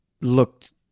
looked